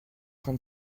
train